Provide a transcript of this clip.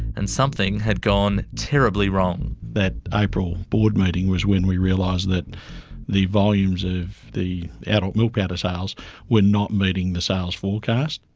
and something had gone terribly wrong. that april board meeting was when we realised that the volumes of the adult milk powder sales were not meeting the sales forecasts.